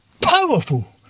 powerful